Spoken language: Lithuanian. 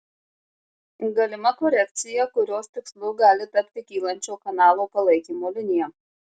galima korekcija kurios tikslu gali tapti kylančio kanalo palaikymo linija